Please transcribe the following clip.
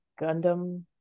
Gundam